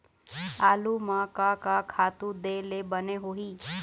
आलू म का का खातू दे ले बने होही?